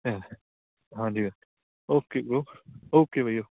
ਹਾਂਜੀ ਹਾਂਜੀ okay oh okay bye okay